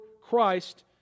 Christ